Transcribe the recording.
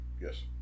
Yes